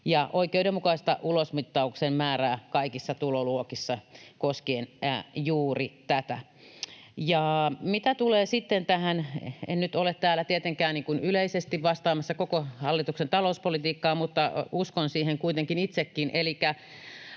ja oikeudenmukaista ulosmittauksen määrää kaikissa tuloluokissa koskien juuri tätä. Mitä tulee sitten tähän... En nyt ole täällä tietenkään yleisesti vastaamassa koko hallituksen talouspolitiikkaan, mutta uskon siihen kuitenkin itsekin,